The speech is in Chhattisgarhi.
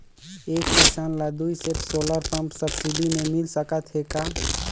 एक किसान ल दुई सेट सोलर पम्प सब्सिडी मे मिल सकत हे का?